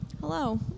Hello